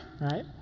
right